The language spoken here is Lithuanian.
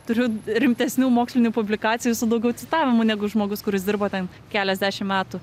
turiu rimtesnių mokslinių publikacijų su daugiau citavimų negu žmogus kuris dirbo ten keliasdešim metų